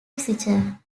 oxygen